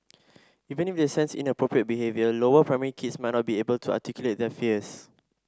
even if they sense inappropriate behaviour lower primary kids might not be able to articulate their fears